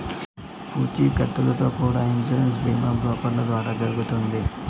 పూచీకత్తుతో కూడా ఇన్సూరెన్స్ బీమా బ్రోకర్ల ద్వారా జరుగుతుంది